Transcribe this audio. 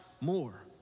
more